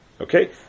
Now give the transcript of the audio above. Okay